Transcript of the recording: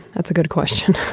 that's a good question